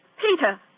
Peter